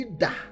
da